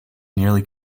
nearly